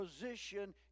position